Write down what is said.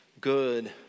good